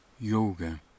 yoga